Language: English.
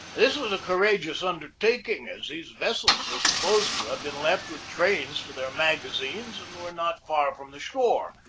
this was a courageous undertak ing, as these vessels were supposed to have been left with trains to their magazines and were not far from the shore,